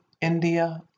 India